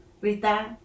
Rita